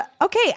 okay